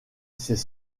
ces